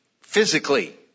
physically